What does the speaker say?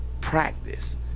practice